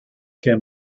can